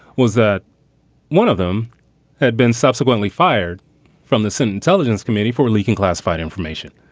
was that one of them had been subsequently fired from the senate intelligence committee for leaking classified information.